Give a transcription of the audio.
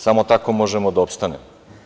Samo tako možemo da opstanemo.